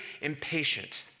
impatient